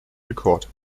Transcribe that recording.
rekord